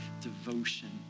devotion